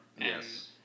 Yes